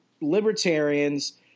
libertarians